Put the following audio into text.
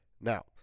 Now